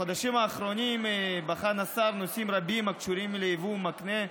בחודשים האחרונים בחן השר נושאים רבים הקשורים ליבוא מקנה,